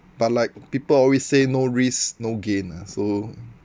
but like people always say no risk no gain ah so